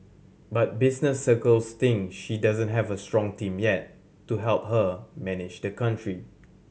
but business circles think she doesn't have a strong team yet to help her manage the country